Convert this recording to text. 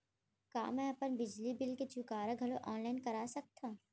का मैं अपन बिजली बिल के चुकारा घलो ऑनलाइन करा सकथव?